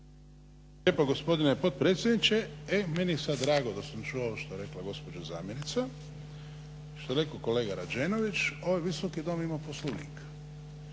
lijepa gospodine potpredsjedniče. E meni je sad drago da sam čuo ovo što je rekla gospođa zamjenica što je rekao kolega Rađenović, ovaj Visoki dom ima poslovnik